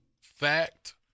fact